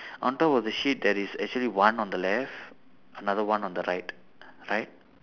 on top of the sheep there is actually one on the left another one on the right right